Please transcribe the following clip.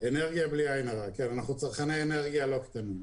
אנרגיה בלי עין הרע, אנחנו צרכני אנרגיה לא קטנים.